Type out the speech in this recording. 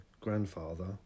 grandfather